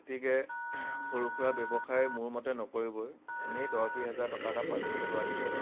গতিকে সৰু সুৰা ব্যৱসায় মোৰ মতে নকৰিবই এনেই দহ বিছ হেজাৰ টকা এটা পানীত পেলোৱাতকৈ